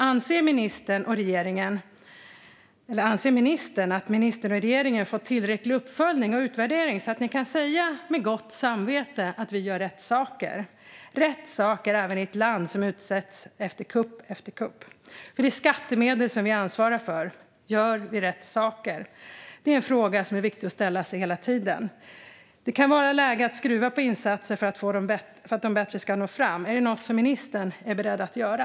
Anser ministern att ministern och regeringen har fått tillräcklig uppföljning och utvärdering för att med gott samvete kunna säga att vi gör rätt saker - rätt saker även i ett land som utsätts för kupp efter kupp? För det är skattemedel som vi ansvarar för. Gör vi rätt saker? Det är en fråga som är viktig att ställa sig hela tiden. Det kan vara läge att skruva på insatser för att de bättre ska nå fram. Är detta något som ministern är beredd att göra?